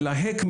מלהק,